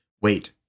wait